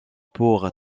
pour